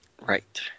right